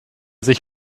sich